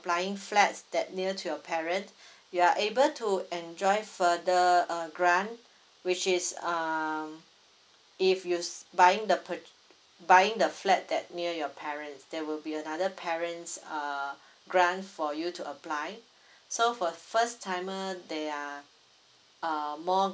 applying flats that near to your parents you are able to enjoy further err grant which is um if you buying the pur~ buying the flat that near your parents there will be another parents err grant for you to apply so for first timer there are err more